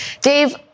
Dave